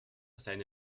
seine